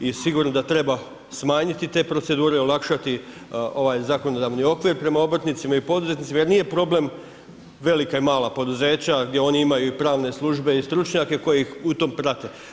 I sigurno da treba smanjiti te procedure, olakšati ovaj zakonodavni okvir prema obrtnicima i poduzetnicima jer nije problem velika i mala poduzeća gdje oni imaju i pravne službe i stručnjake koji ih u tome prate.